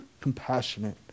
compassionate